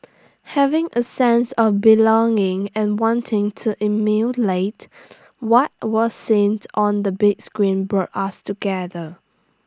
having A sense of belonging and wanting to emulate what was seen on the big screen brought us together